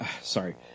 sorry